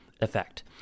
effect